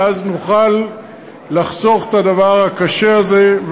ואז נוכל לחסוך את הדבר הקשה הזה,